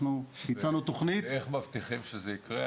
אנחנו הצענו תכנית --- ואיך מבטיחים שזה יקרה?